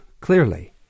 clearly